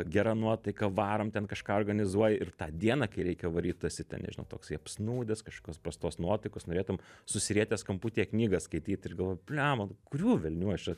gera nuotaika varom ten kažką organizuoji ir tą dieną kai reikia varyt tu esi ten nežinau toksai apsnūdęs kažkokios prastos nuotaikos norėtum susirietęs kamputyje knygą skaityt ir galvot blemba kurių velnių aš čia